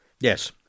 Yes